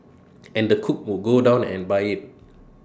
and the cook would go down and buy IT